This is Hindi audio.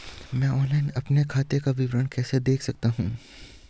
मैं ऑनलाइन अपने खाते का विवरण कैसे देख सकता हूँ?